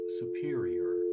superior